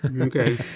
okay